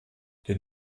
den